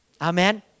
Amen